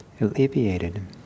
alleviated